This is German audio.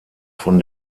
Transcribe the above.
von